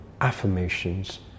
affirmations